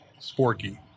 Sporky